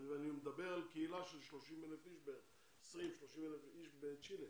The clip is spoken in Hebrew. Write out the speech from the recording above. אני מדבר על קהילה שמונה 30,000-20,000 אנשים בצ'ילה